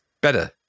better